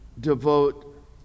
devote